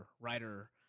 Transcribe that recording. writer